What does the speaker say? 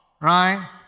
right